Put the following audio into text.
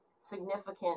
significant